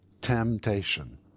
temptation